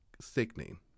sickening